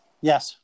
Yes